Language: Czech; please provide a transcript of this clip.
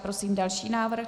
Prosím další návrh.